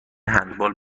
هندبال